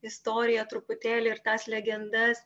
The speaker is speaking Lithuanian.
istoriją truputėlį ir tas legendas